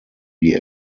die